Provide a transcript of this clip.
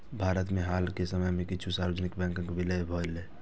भारत मे हाल के समय मे किछु सार्वजनिक बैंकक विलय भेलैए